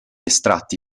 estratti